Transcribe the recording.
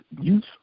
use